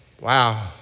Wow